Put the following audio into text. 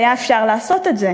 והיה אפשר לעשות את זה,